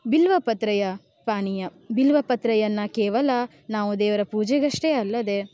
ಬಿಲ್ವ ಪತ್ರೆಯ ಪಾನೀಯ ಬಿಲ್ವ ಪತ್ರೆಯನ್ನು ಕೇವಲ ನಾವು ದೇವರ ಪೂಜೆಗಷ್ಟೇ ಅಲ್ಲದೇ